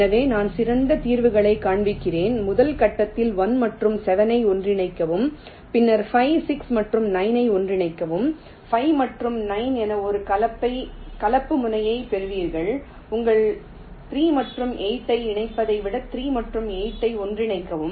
எனவே நான் சிறந்த தீர்வுகளைக் காண்பிக்கிறேன் முதல் கட்டத்தில் 1 மற்றும் 7 ஐ ஒன்றிணைக்கவும் பின்னர் 5 6 மற்றும் 9 ஐ ஒன்றிணைக்கவும் 5 மற்றும் 9 என ஒரு கலப்பு முனையைப் பெறுவீர்கள் உங்கள் 3 மற்றும் 8 ஐ இணைப்பதை விட 3 மற்றும் 8 ஐ ஒன்றிணைக்கவும்